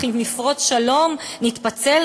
אך אם יפרוץ שלום נתפצל,